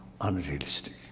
unrealistic